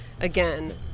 again